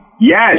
Yes